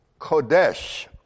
kodesh